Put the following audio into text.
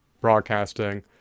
broadcasting